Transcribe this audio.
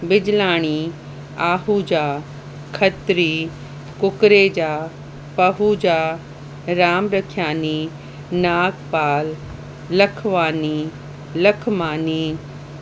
Bijlani Ahuja Khatri Kukreja Pahuja Ramrakhiani Nagpal Lakhwani Lakhmani